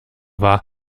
war